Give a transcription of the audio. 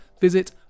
visit